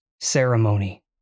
ceremony